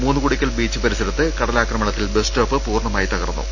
മൂന്നുകുടിക്കൽ beach പരിസരത്ത് കടലാക്രമണത്തിൽ bus stop പൂർണമായി തകർന്നു